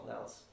else